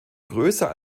größer